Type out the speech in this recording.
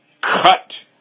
cut